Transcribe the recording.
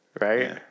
right